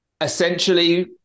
essentially